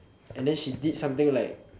and then she did something like